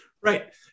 Right